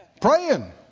praying